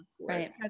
right